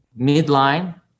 midline